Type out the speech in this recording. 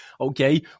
okay